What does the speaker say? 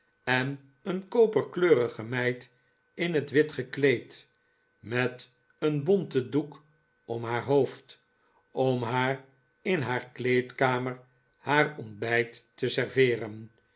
en een koperkleurige meid in het wit gekleed met een bonten doek om haar hoofd om haar in haar kleedkamer haar ontbijt te serveeren